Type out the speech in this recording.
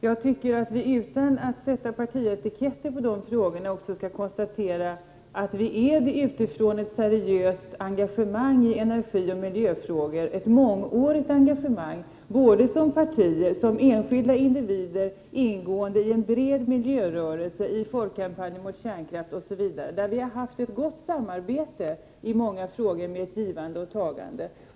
Jag tycker att vi, utan att sätta partietiketter på de frågorna, också skall konstatera att vi är eniga utifrån ett seriöst mångårigt engagemang i energioch miljöfrågor, både som partier och som enskilda individer ingående i en bred miljörörelse, i folkkampanjen mot kärnkraft osv. Vi har haft ett gott samarbete i många frågor med ett givande och tagande.